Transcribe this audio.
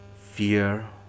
fear